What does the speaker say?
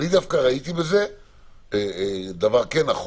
אני דווקא ראיתי בזה דבר כן נכון,